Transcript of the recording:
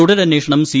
തുടരന്വേഷണം C